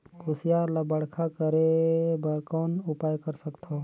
कुसियार ल बड़खा करे बर कौन उपाय कर सकथव?